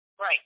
Right